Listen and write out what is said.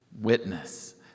Witness